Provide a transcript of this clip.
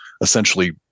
essentially